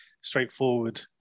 straightforward